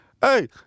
hey